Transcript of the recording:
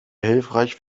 hilfreich